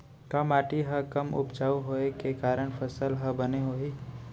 का माटी हा कम उपजाऊ होये के कारण फसल हा बने होही?